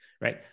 right